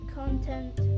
content